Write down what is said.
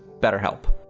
betterhelp.